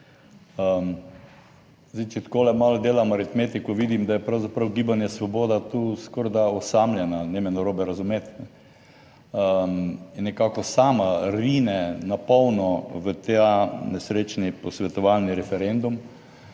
Zdaj, če takole malo delam aritmetiko, vidim, da je pravzaprav Gibanje Svoboda tu skorajda osamljena - ne me narobe razumeti - in nekako sama rine na polno v ta nesrečni posvetovalni referendum